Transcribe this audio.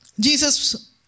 Jesus